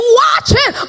watching